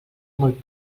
molt